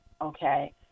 okay